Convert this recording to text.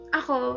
ako